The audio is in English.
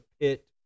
pit